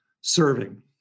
serving